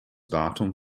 datum